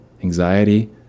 anxiety